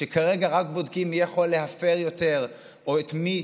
שכרגע רק בודקים מי יכול להפר יותר או את מי